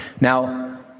Now